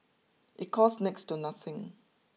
it costs next to nothing